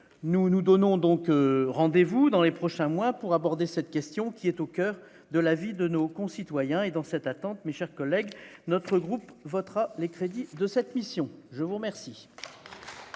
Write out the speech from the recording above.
nous nous donnons donc rendez-vous dans les prochains mois pour aborder cette question qui est au coeur de la vie de nos concitoyens et dans cette attente, mais, chers collègues, notre groupe votera les crédits de cette mission, je vous remercie.